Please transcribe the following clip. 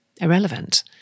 irrelevant